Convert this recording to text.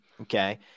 Okay